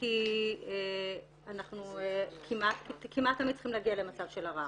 כי אנחנו כמעט תמיד צריכים להגיע למצב של ערר.